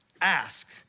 Ask